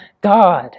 God